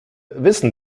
wissen